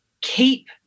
keep